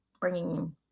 bringing